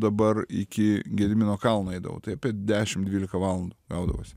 dabar iki gedimino kalno eidavau tai apie dešim dvylika valandų gaudavosi